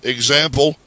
Example